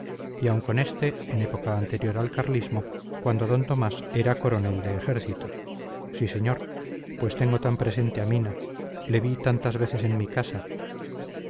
y aun con este en época anterior al carlismo cuando don tomás era coronel de ejército sí señor pues tengo tan presente a mina le vi tantas veces en mi casa